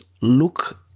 look